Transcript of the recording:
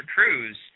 Cruz